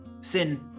sin